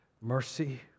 mercy